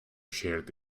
shared